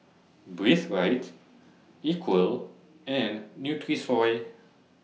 Breathe Right Equal and Nutrisoy